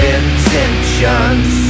intentions